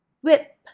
whip